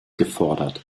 gefordert